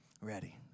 Ready